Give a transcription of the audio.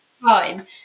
time